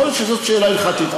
יכול להיות שזו שאלה הלכתית,